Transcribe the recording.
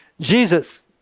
Jesus